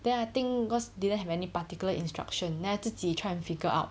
then I think cause didn't have any particular instruction then I 自己 try and figure out